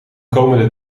komende